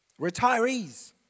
Retirees